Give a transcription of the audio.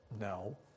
No